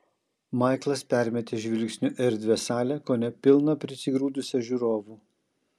maiklas permetė žvilgsniu erdvią salę kone pilną prisigrūdusią žiūrovų